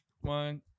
One